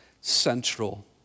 central